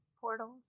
portals